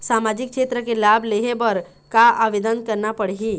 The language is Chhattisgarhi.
सामाजिक क्षेत्र के लाभ लेहे बर का आवेदन करना पड़ही?